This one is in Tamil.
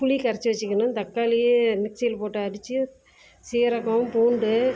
புளி கரைச்சி வைச்சிக்கணும் தக்காளியை மிக்ஸியில் போட்டு அடித்து சீரகம் பூண்டு